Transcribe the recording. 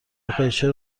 بخیر، چه